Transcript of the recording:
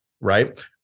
right